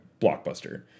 blockbuster